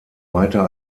weiter